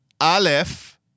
Aleph